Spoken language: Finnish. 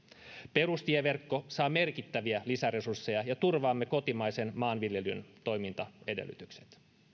perustieverkko saa merkittäviä lisäresursseja ja turvaamme kotimaisen maanviljelyn toimintaedellytykset